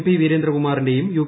P വീരേന്ദ്രകുമാറിന്റെയ്യും U